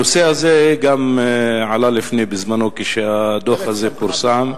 הנושא הזה גם עלה בזמנו כשהדוח הזה פורסם.